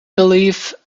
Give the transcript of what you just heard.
believe